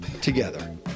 together